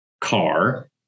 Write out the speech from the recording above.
car